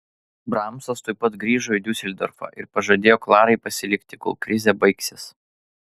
bramsas tuoj pat grįžo į diuseldorfą ir pažadėjo klarai pasilikti kol krizė baigsis